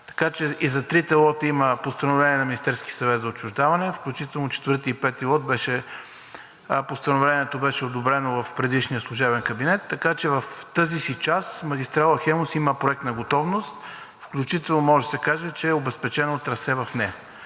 Така че и за трите лота има постановление на Министерския съвет за отчуждаване, включително за 4-ти и 5-и лот Постановлението беше одобрено в предишния служебен кабинет, така че в тази си част магистрала „Хемус“ има проектна готовност, включително може да се каже, че е обезпечено трасе в нея.